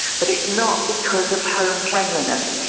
but it's not because of home cleanliness,